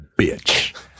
bitch